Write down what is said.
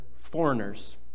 foreigners